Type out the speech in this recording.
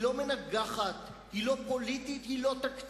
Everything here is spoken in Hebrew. היא לא מנגחת, היא לא פוליטית, היא לא תקציבית.